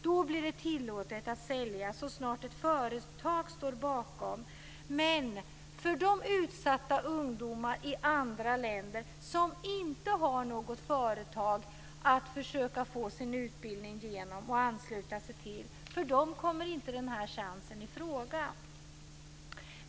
Då blir det tillåtet att sälja så snart ett företag står bakom, men för de utsatta ungdomar i andra länder som inte har något företag att få sin utbildning genom och att ansluta sig till kommer inte i fråga att få den chansen.